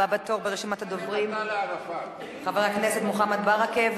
הבא בתור ברשימת הדוברים, חבר הכנסת מוחמד ברכה.